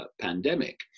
pandemic